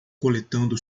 coletando